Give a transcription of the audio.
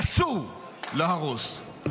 אסור להרוס.